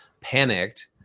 panicked